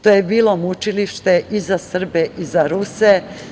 To je bilo mučilište i za Srbe i za Ruse.